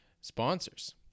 sponsors